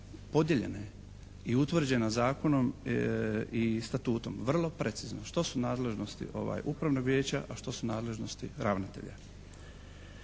podijeljena je i utvrđena zakonom i statutom, vrlo precizno što su nadležnosti upravnog vijeća, a što su nadležnosti ravnatelja.